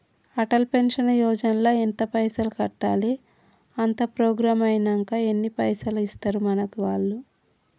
Atal pension Yojana ల ఎంత పైసల్ కట్టాలి? అత్తే ప్రోగ్రాం ఐనాక ఎన్ని పైసల్ ఇస్తరు మనకి వాళ్లు?